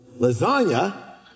Lasagna